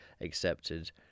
accepted